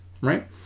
right